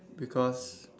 because